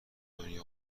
دنیا